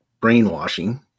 brainwashing